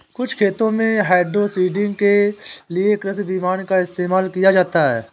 कुछ खेतों में हाइड्रोसीडिंग के लिए कृषि विमान का इस्तेमाल किया जाता है